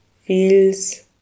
feels